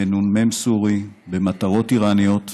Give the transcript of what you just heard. בנ"מ סורי, במטרות איראניות,